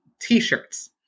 t-shirts